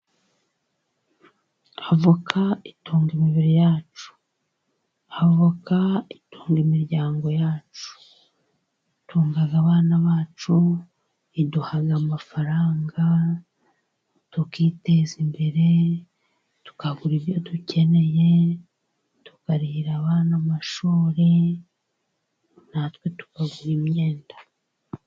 Avoka itunga imibiri yacu, avoka itunga imiryango yacu, itungaga abana bacu, iduhaha amafaranga tukiteza imbere tukagura ibyo dukeneye, tukarihira abana amashuri, natwe tukagura imyenda.